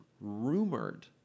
rumored